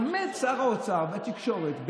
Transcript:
עומד שר האוצר בתקשורת,